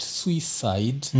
suicide